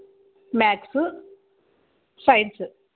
maths science